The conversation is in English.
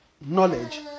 knowledge